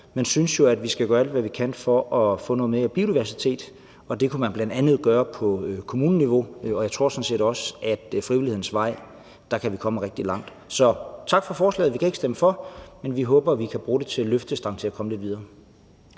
men synes jo, at vi skal gøre alt, hvad vi kan, for at få noget mere biodiversitet, og det kunne man bl.a. gøre på kommuneniveau. Jeg tror sådan set også, at ad frivillighedens vej kan vi komme rigtig langt. Så tak for forslaget. Vi kan ikke stemme for, men vi håber, at vi kan bruge det som løftestang til at komme lidt videre.